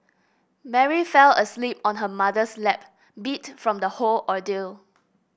Mary fell asleep on her mother's lap beat from the whole ordeal